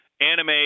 anime